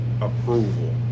approval